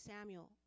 Samuel